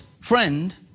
friend